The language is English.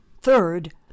Third